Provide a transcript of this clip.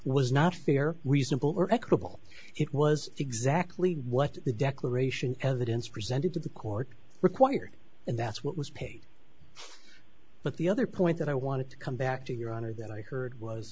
was not fair reasonable or equitable it was exactly what the declaration evidence presented to the court required and that's what was paid but the other point that i wanted to come back to your honor that i heard was